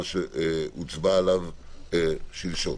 מה שהוצבע עליו שלשום.